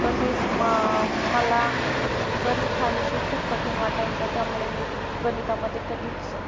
तसेच म मला गणित हा विषय खूप कठीण वाटायचा त्यामुळे मी गणितामध्ये कधीच